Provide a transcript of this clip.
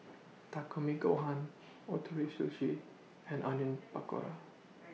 Takikomi Gohan Ootoro Sushi and Onion Pakora